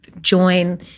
join